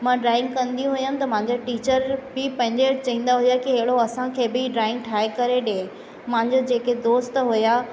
मां ड्राइंग कंदी हुअमि त मांजे टीचर बि पंहिंजे चवंदा हुआ कि अहिड़ो असांखे बि ड्राइंग ठाहे करे ॾे मांजा जेके दोस्त हुआ